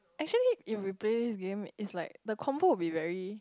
actually if we play this game it's like the combo will be very